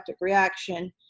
reaction